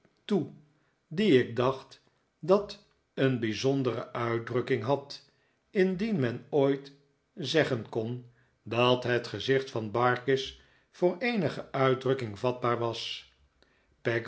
toe dien ik dacht dat een bijzondere uitdrukking had indien men ooit zeggen kon dat het gezicht van barkis voor eenige uitdrukking vatbaar was